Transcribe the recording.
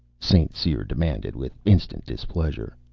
st. cyr demanded with instant displeasure.